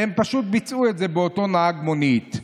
והם פשוט ביצעו את זה באותו נהג מונית.